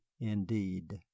indeed